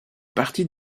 partie